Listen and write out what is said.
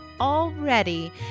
already